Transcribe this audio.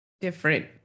different